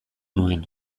nuen